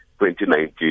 2019